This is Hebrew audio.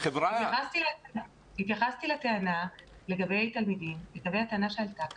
התייחסתי לטענה שעלתה כאן,